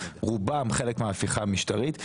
רובם חלק מההפיכה המשטרית,